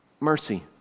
Mercy